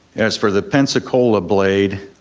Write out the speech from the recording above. as for the pensacola blade,